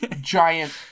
giant